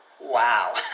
Wow